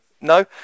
No